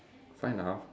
five and a half